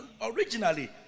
Originally